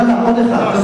יאללה, עוד אחד.